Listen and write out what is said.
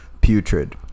putrid